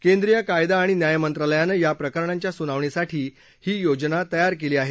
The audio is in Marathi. केंद्रीय कायदा आणि न्याय मंत्रालयानं या प्रकरणांच्या सुनावणीसाठी ही योजना तयार केली आहे